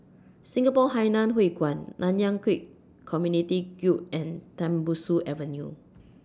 Singapore Hainan Hwee Kuan Nanyang Khek Community Guild and Tembusu Avenue